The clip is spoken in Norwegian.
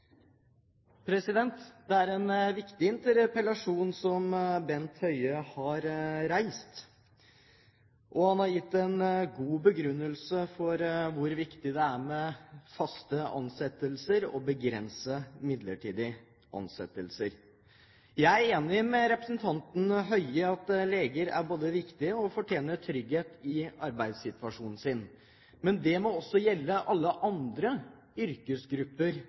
en viktig interpellasjon som Bent Høie har reist, og han har gitt en god begrunnelse for hvor viktig det er med faste ansettelser og å begrense midlertidige ansettelser. Jeg er enig med representanten Høie i at leger er både viktige og fortjener trygghet i arbeidssituasjonen sin, men det må også gjelde alle andre yrkesgrupper